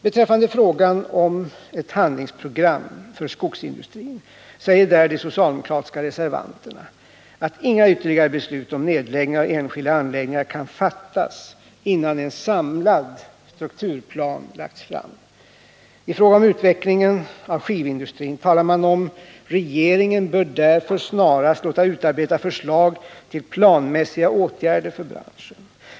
Beträffande frågan om ett handlingsprogram för skogsindustrin säger de socialdemokratiska reservanterna att ”inga ytterligare beslut om nedläggningar av enskilda anläggningar skall fattas innan en samlad strukturplan har lagts fram”. I fråga om utvecklingen av skivindustrin talar man om att regeringen för denna bransch bör ”snarast låta utarbeta förslag till planmässiga åtgärder”.